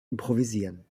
improvisieren